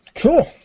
Cool